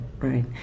right